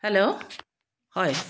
hello হয়